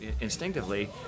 instinctively